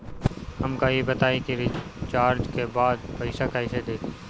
हमका ई बताई कि रिचार्ज के बाद पइसा कईसे देखी?